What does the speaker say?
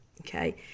Okay